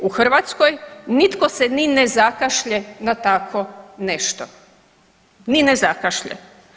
U Hrvatskoj nitko se ni ne zakašlje na takvo nešto, ni ne zakašlje.